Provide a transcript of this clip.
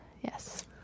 Yes